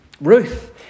Ruth